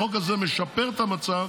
החוק הזה משפר את המצב,